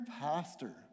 Pastor